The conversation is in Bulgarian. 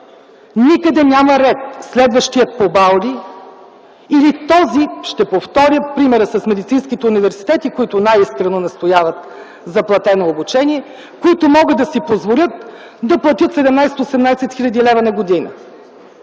Никъде няма ред. Следващият по бал ли или тези – ще повторя примера с медицинските университети, които най-искрено настояват за платено обучение – които могат да си позволят да платят 17 18 хил. лв. на година?